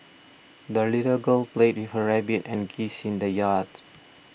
the little girl played with her rabbit and geese in the yard